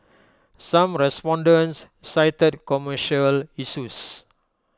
some respondents cited commercial issues